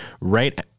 Right